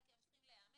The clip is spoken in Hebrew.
הם צריכים להיאמר.